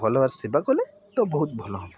ଭଲ ଭାବରେ ସେବା କଲେ ତ ବହୁତ ଭଲ ହେବ